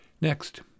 Next